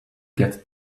get